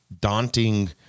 daunting